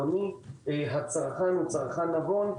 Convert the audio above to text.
הצרכן הוא נבון.